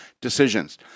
decisions